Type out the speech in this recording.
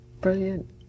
Brilliant